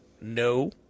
no